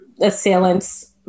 assailants